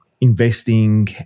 investing